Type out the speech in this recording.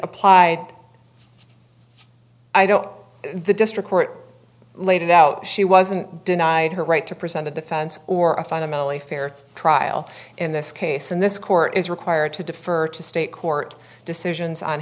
applied i don't the district court laid it out she wasn't denied her right to present a defense or a fundamentally fair trial in this case and this court is required to defer to state court decisions on